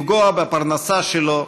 לפגוע בפרנסה שלו,